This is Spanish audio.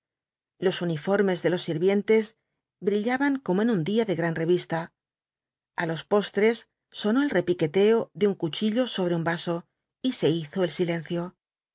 los uniformes de los sirvientes brillaban como en un día de gran revista a los postres sonó el repiqueteo de un cuchillo sobre un vaso y se hizo el silencio